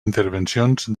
intervencions